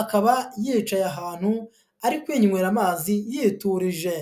akaba yicaye ahantu ari kwinywera amazi yiturije.